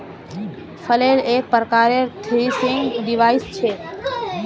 flail एक प्रकारेर threshing device छ